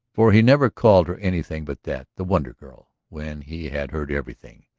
for he never called her anything but that, the wonder girl. when he had heard everything,